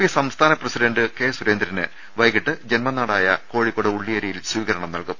P സംസ്ഥാന president K സുരേന്ദ്രന് വൈകീട്ട് ജന്മനാ ടായ കോഴിക്കോട് ഉള്ള്യേരിയിൽ സ്വീകരണം നൽകും